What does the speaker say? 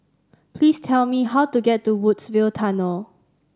please tell me how to get to Woodsville Tunnel